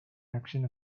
action